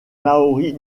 maoris